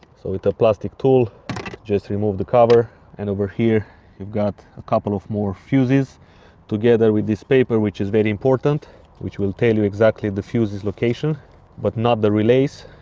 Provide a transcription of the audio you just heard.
so with a plastic tool just remove the cover and over here you've got a couple of more fuses together with this paper which is very important which will tell you exactly the fuses location but not the relays.